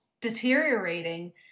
deteriorating